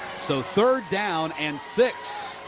so third down and six.